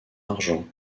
argent